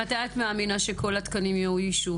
מתי את מאמינה שכל התקנים יאוישו?